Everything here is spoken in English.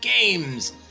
games